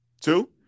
Two